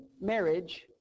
marriage